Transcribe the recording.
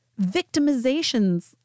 victimizations